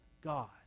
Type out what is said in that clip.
God